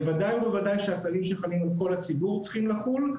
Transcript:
בוודאי ובוודאי שהכללים שחלים על כל הציבור צריכים לחול,